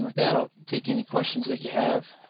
that i'll take any questions that you have.